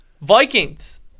Vikings